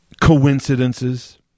coincidences